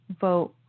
vote